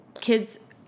kids